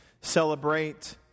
celebrate